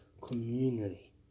community